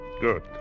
Good